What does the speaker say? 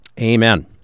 Amen